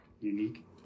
unique